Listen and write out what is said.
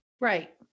Right